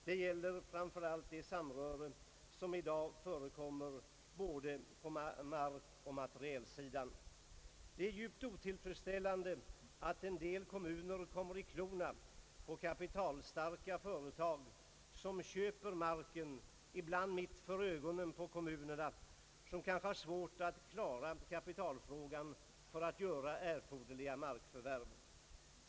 Det gäller framför allt det samröre som i dag förekommer på både markoch materialsidan. Det är djupt otillfredsställande att en del kommuner kommer i klorna på kapitalstarka företag som köper marken, ibland mit" för ögonen på kommunerna, vilka har svårt att klara kapitalfrågan för att kunna göra erforderliga markförvärv.